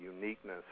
uniqueness